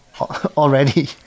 already